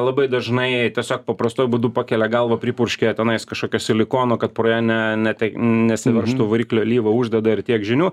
labai dažnai tiesiog paprastuoju būdu pakelia galvą pripurškia tenais kažkokio silikono kad pro ją ne ne tek nesiveržtų variklio alyva uždeda ir tiek žinių